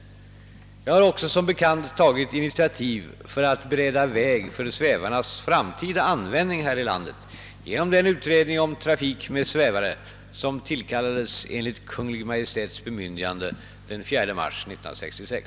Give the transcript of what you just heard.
Jag har också som bekant tagit initiativ för att bereda väg för svävarnas framtida användning här i landet genom den utredning om trafik med svävare som tillkallades enligt Kungl. Maj:ts bemyndigande den 4 mars 1966.